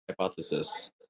Hypothesis